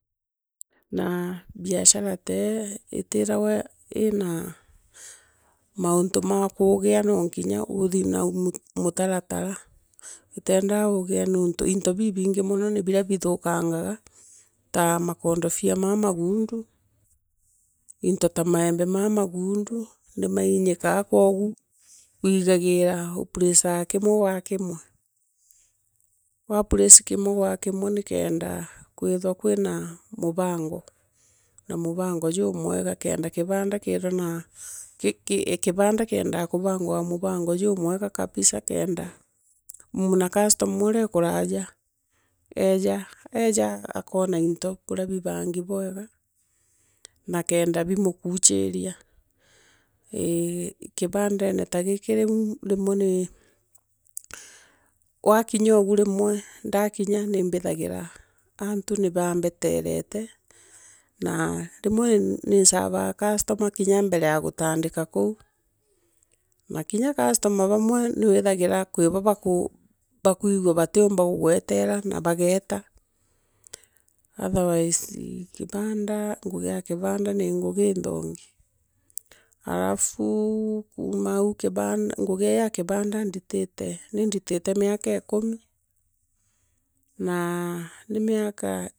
Naa bishara tee itirawa ina mauntu ma kugea no nkinya uthui na mutaratara. Utiendaa uugea onto into bibibgi mono ni bira bithukangaga, ta makondofia naa u uhuru. into ta maembo maa magundu. nimainyu kaan kimwe nikenda withia kwina mubango ma. ubango fumwega kenda kibanda kibanda kienda kubangwa a mubango jumwega kabisa kenda na customer urea ee kuraanja. aeja eja akona urea mto bibangi bwega. na kenda leimokuchiria. ee. kibandonete giki. riu kimwe nii rimwe nisevua customer kinya mbere ya gutandika kou. na kinya customer bamwe niwii thagira kwibo bakwigua batiumba kuugwetera. bageeta otherwise kibanda. ngugi e kibanda ni ngugi iinthongi. Harufu. kuuma au kibanda. ngugi e kibanda nditite. ni nditite miaka ikumi naa ni miaka.